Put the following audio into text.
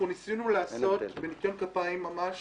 אנחנו ניסינו לעשות בניקיון כפיים ממש